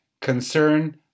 concern